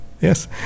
yes